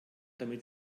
damit